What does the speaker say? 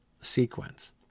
sequence